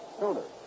sooner